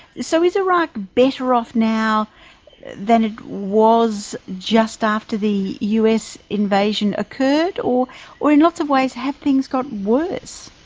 so is iraq better off now than it was just after the us invasion occurred? or or in lots of ways have things got worse?